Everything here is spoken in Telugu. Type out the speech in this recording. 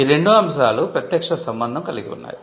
ఈ రెండు అంశాలు ప్రత్యక్ష సంబంధం కలిగి ఉన్నాయి